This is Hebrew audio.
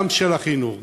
גם לחינוך,